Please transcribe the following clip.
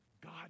God